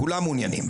כולם מעוניינים.